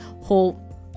whole